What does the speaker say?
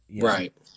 right